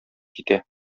китә